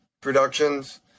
Productions